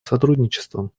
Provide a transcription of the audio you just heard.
сотрудничеством